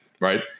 Right